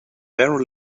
very